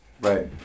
Right